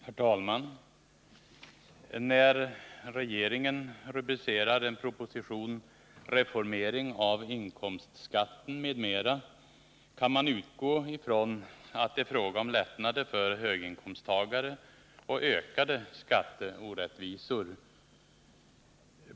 Herr talman! När regeringen i rubriken till en proposition använder formuleringen ” "reformering av inkomstskatten, m.m.” ” kan man utgå från att det är fråga om lättnader för höginkomsttagare och om ökade skatteorätt visor.